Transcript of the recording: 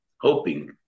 hoping